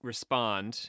Respond